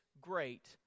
great